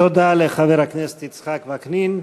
תודה לחבר הכנסת יצחק וקנין,